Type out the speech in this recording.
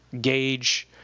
gauge –